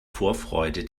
vorfreude